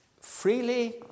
Freely